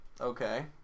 Okay